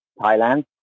Thailand